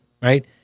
right